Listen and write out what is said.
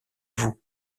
vous